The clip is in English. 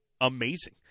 amazing